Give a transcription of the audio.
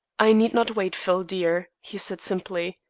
i need not wait, phil, dear, he said simply.